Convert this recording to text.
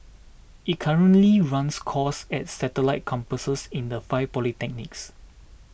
it currently runs courses at satellite campuses in the five polytechnics